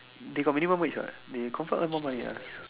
they got minimum wage what they confirm earn more money one